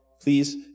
Please